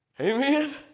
Amen